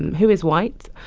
who is white.